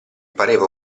pareva